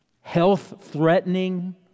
health-threatening